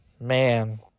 man